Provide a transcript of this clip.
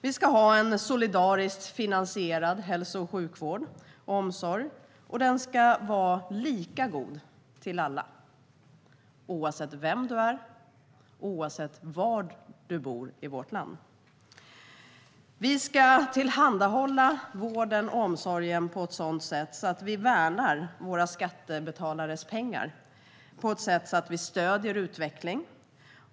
Vi ska ha en solidariskt finansierad hälso och sjukvård och omsorg, och den ska vara lika god för alla oavsett vem du är och var du bor i vårt land. Vi ska tillhandahålla vården och omsorgen på ett sådant sätt att vi värnar våra skattebetalares pengar och stöder utveckling.